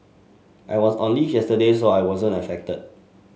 I was on leave yesterday so I wasn't affected